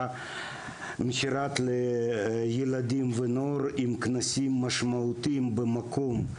מכירה לילדים ונוער עם קנסות משמעותיים במקום,